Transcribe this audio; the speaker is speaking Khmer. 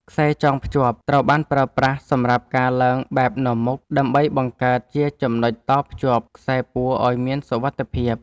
ខ្សែចងភ្ជាប់ ត្រូវបានប្រើប្រាស់សម្រាប់ការឡើងបែបនាំមុខ ដើម្បីបង្កើតជាចំណុចតភ្ជាប់ខ្សែពួរឱ្យមានសុវត្ថិភាព។